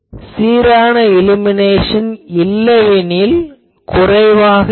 சீரான இலுமினேஷன் இல்லையெனில் குறைவாக இருக்கும்